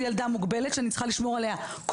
אחת מהם ילדה מוגבלת שאני צריכה לשמור עליה כל